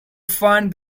find